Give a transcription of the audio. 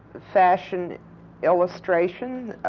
fashion illustration,